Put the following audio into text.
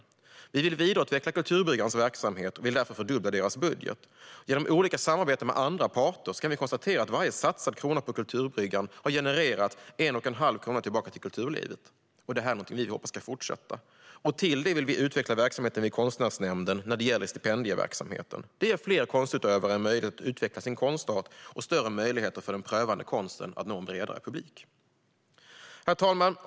Vi vill vidareutveckla Kulturbryggans verksamhet och vill därför fördubbla deras budget. Vi kan konstatera att varje krona som satsats på Kulturbryggan genom olika samarbeten med andra parter har genererat 1 1⁄2 krona tillbaka till kulturlivet. Detta hoppas vi ska fortsätta. Därutöver vill vi utveckla verksamheten vid Konstnärsnämnden när det gäller stipendieverksamheten. Detta ger fler konstutövare möjlighet att utveckla sin konstart och större möjligheter för den prövande konsten att nå en bredare publik. Herr talman!